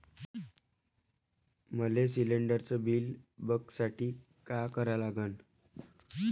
मले शिलिंडरचं बिल बघसाठी का करा लागन?